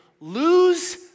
Lose